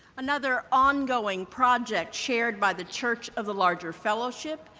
another ongoing project shared by the church of the larger fellowship,